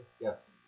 Yes